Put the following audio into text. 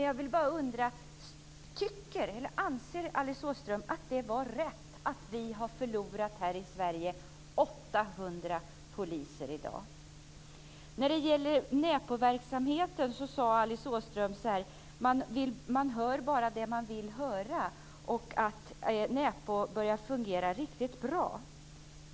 Jag bara undrar: Anser Alice Åström att det var rätt att vi i Sverige i dag har förlorat 800 poliser? Åström att man bara hör det man vill höra och att näpo börjar fungera riktigt bra.